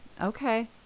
Okay